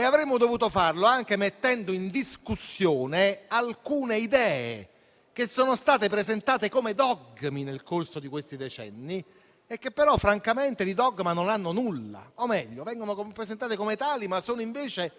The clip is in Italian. Avremmo dovuto farlo anche mettendo in discussione alcune idee che sono state presentate come dogmi nel corso di questi decenni e che però, francamente, di dogma non hanno nulla, o meglio vengono presentate come tali, ma sono invece